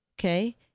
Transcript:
okay